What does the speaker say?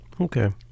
okay